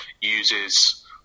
uses